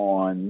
on